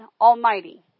Almighty